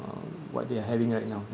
um what they are having right now